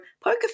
Poker